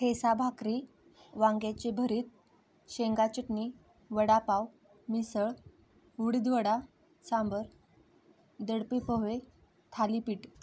ठेचा भाकरी वांग्याचे भरीत शेंगा चटणी वडापाव मिसळ उडीदवडा सांबर दडपे पोहे थालीपीठ